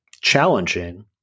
challenging